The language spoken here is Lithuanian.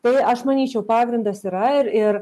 tai aš manyčiau pagrindas yra ir ir